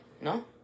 No